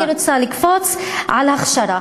אני רוצה לקפוץ להכשרה.